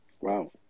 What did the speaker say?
Wow